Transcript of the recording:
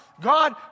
God